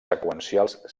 seqüencials